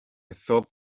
thought